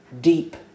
deep